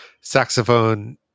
saxophone